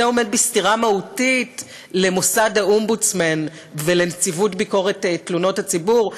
זה עומד בסתירה מהותית למוסד האומבודסמן ולנציבות ביקורת תלונות הציבור.